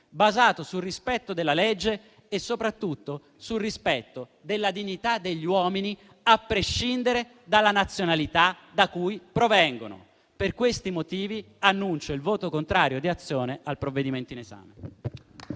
basata sul rispetto della legge e soprattutto sul rispetto della dignità degli uomini, a prescindere dalla nazionalità da cui provengono. Per questi motivi, annuncio il voto contrario di Azione al provvedimento in esame.